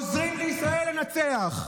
עוזרים לישראל לנצח במלחמה?